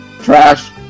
Trash